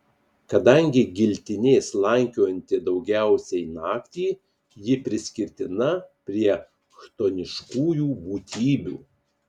kadangi giltinė slankiojanti daugiausiai naktį ji priskirtina prie chtoniškųjų būtybių